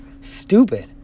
stupid